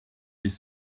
les